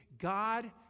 God